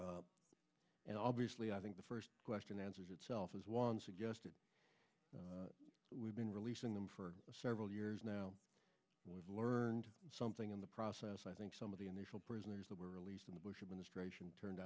issues and obviously i think the first question answers itself is once again we've been releasing them for several years now we've learned something in the process i think some of the initial prisoners that were released in the bush administration turned